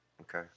Okay